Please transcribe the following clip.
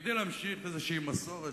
כדי להמשיך איזו מסורת,